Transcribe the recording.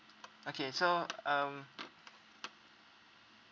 okay so um